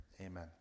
Amen